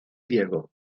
diego